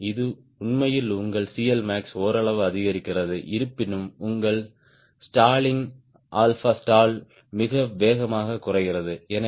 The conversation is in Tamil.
ஆம் இது உண்மையில் உங்கள் CLmax ஓரளவு அதிகரிக்கிறது இருப்பினும் உங்கள் ஸ்டாலிங் ஆல்பா ஸ்டால் மிக வேகமாக குறைகிறது